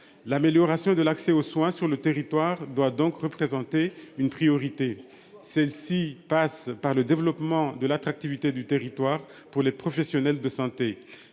L'amélioration de l'accès aux soins sur le territoire doit représenter une priorité. Celle-ci passe par le développement de l'attractivité du territoire pour les professionnels de santé.